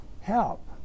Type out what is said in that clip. help